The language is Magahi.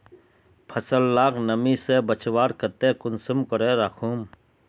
फसल लाक नमी से बचवार केते कुंसम करे राखुम?